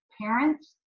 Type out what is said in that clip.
parents